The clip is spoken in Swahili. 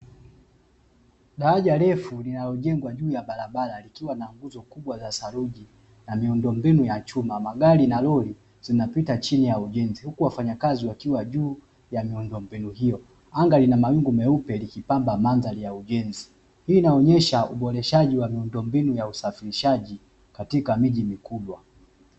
Daraja refu linalojengwa juu ya barabara, likiwa na fuso kubwa la saruji na miundombinu ya chuma; magari na lori vinapita chini ya ujenzi huku wafanyakazi wakiwa juu ya miundombinu hiyo. Anga lina mawingu meupe likipamba mandhari ya ujenzi. Hii inaonyesha uboreshaji wa miundombinu ya usafirishaji, katika miji mikubwa.